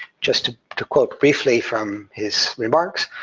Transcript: just to quote briefly from his remarks,